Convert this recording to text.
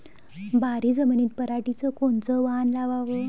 भारी जमिनीत पराटीचं कोनचं वान लावाव?